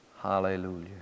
Hallelujah